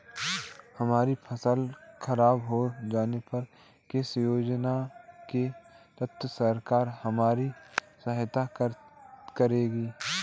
हमारी फसल खराब हो जाने पर किस योजना के तहत सरकार हमारी सहायता करेगी?